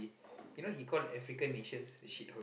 you know he call African nations a shit hole